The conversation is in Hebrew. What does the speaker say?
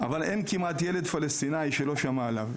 אבל אין כמעט ילד פלסטינאי שלא שמע עליו,